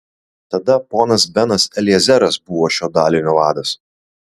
tada ponas benas eliezeras buvo šio dalinio vadas